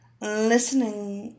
listening